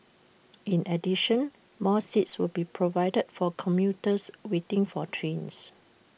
in addition more seats will be provided for commuters waiting for trains